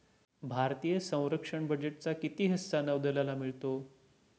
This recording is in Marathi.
भारतीय संरक्षण बजेटचा किती हिस्सा नौदलाला मिळतो?